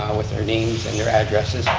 with their names and their addresses,